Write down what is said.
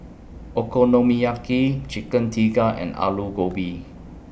Okonomiyaki Chicken Tikka and Alu Gobi